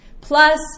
plus